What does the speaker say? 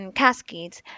cascades